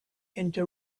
into